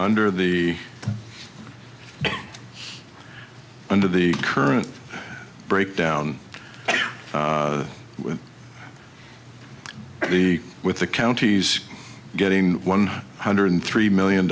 under the under the current breakdown with the with the county's getting one hundred three million